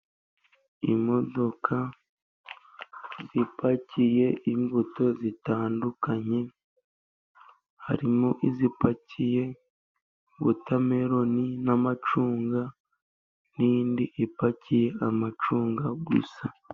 Imodoka ipakiye imbuto zitandukanye, harimo izipakiye wotameloni n'amacunga, n'indi ipakiye amacunga gusa.